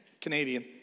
Canadian